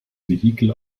vehikel